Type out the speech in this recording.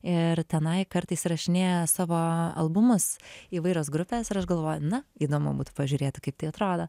ir tenai kartais rašinėja savo albumus įvairios grupės ir aš galvoju na įdomu būtų pažiūrėti kaip tai atrodo